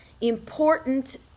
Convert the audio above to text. important